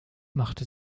machte